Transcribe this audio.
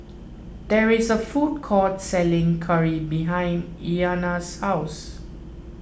there is a food court selling curry behind Iyanna's house